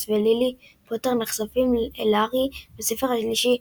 ולילי פוטר נחשפים אל הארי בספר השלישי,